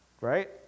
right